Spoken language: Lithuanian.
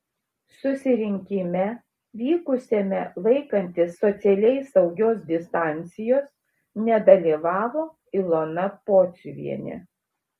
susirinkime vykusiame laikantis socialiai saugios distancijos nedalyvavo ilona pociuvienė